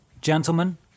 gentlemen